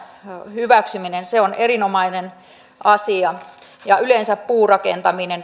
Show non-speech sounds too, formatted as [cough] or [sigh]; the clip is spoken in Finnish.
hyväksyminen on erinomainen asia ja yleensä puurakentaminen [unintelligible]